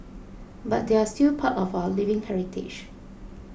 but they're still part of our living heritage